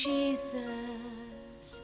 Jesus